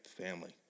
family